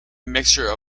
mixture